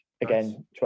Again